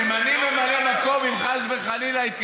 כי אחרת, אם לא היה משהו, למה ממנים ממלא מקום?